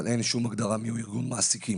אבל אין שום הגדרה מיהו ארגון מעסיקים.